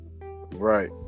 Right